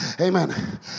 amen